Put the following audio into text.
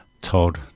Todd